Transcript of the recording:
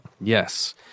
Yes